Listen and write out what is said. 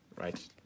right